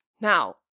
Now